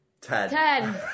Ten